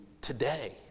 today